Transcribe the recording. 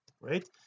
right